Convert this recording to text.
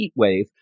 Heatwave